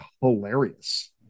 hilarious